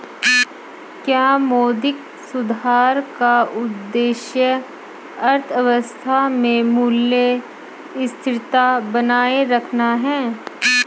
क्या मौद्रिक सुधार का उद्देश्य अर्थव्यवस्था में मूल्य स्थिरता बनाए रखना है?